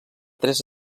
tres